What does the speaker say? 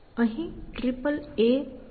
અહીં triple a P b છે